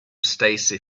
stacy